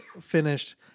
finished